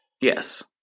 yes